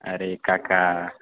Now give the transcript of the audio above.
અરે કાકા